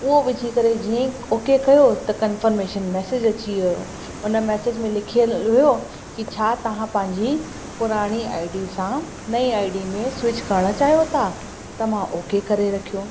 उहो विझी करे जीअं ई ओके कयो त कंफर्मेशन मैसेज अची वियो उन मैसेज में लिखियल हुयो कि छा तव्हां पंहिंजी पुराणी आई डी सां नईं आई डी में स्विच करणु चाहियो था त मां ओके करे रखियो